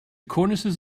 cornices